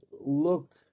look